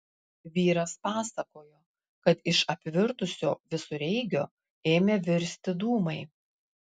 vyras pasakojo kad iš apvirtusio visureigio ėmė virsti dūmai